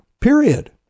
period